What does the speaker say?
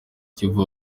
kivu